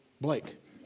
Blake